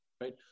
right